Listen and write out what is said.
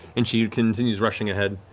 and she continues rushing ahead.